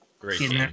Great